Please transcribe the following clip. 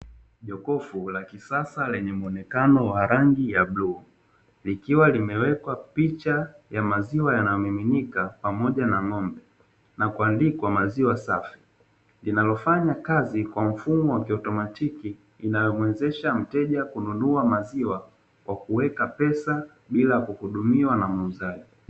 Jokofu la kisasa lenye muonekano wa rangi ya bluu likiwa limewekwa picha ya maziwa yanayomininika pamoja na ng'ombe na kuandikwa "maziwa safi" linalofanya kazi kwa mfumo wa kiotomatiki inayomwezesha mteja kununua maziwa kwa kiweka pesa bila kuhudumiwa na muuzaji.